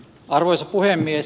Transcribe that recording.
arvoisa puhemies